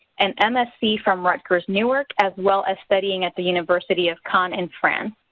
an msc from rutgers newark, as well as studying at the university of caen in france.